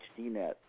HDNet